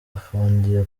afungiye